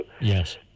Yes